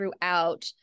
throughout